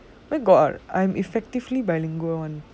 where got I'm effectively bilingual [one]